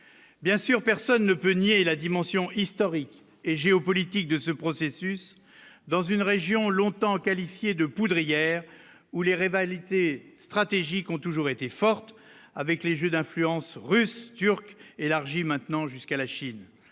bien sûr, personne ne peut nier la dimension historique et géopolitique de ce processus dans une région longtemps qualifiée de poudrière où les rivalités stratégiques ont toujours été forte avec les jeux d'influence russe turc élargie maintenant jusqu'à la Chine,